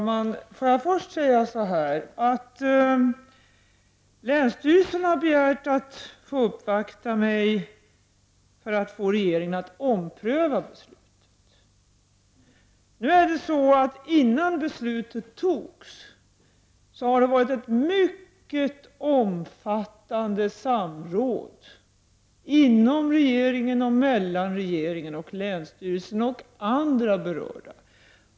Herr talman! Först vill jag säga att man från länsstyrelsen har begärt att få uppvakta mig för att få regeringen att ompröva beslutet. Men innan beslutet fattades var det ett mycket omfattande samråd inom regeringen och även mellan regeringen, länsstyrelsen och andra berörda.